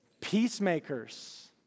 peacemakers